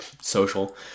social